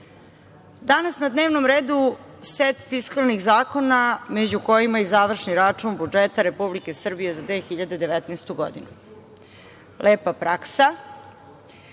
bolje. Danas na dnevnom redu set fiskalnih zakona, među kojima je i završni račun budžeta Republike Srbije za 2019. godinu. Lepa praksa. Završni